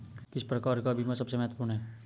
किस प्रकार का बीमा सबसे महत्वपूर्ण है?